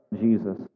Jesus